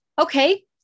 Okay